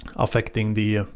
affecting the